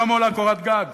כמה עולה קורת גג?